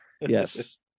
Yes